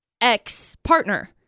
ex-partner